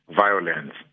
violence